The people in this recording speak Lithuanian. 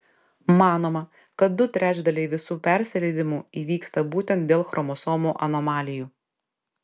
manoma kad du trečdaliai visų persileidimų įvyksta būtent dėl chromosomų anomalijų